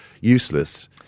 useless